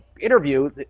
interview